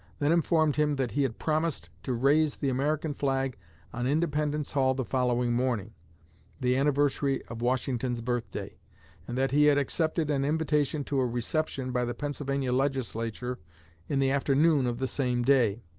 then informed him that he had promised to raise the american flag on independence hall the following morning the anniversary of washington's birthday and that he had accepted an invitation to a reception by the pennsylvania legislature in the afternoon of the same day.